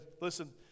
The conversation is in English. Listen